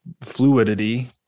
fluidity